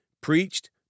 preached